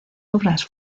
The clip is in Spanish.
obras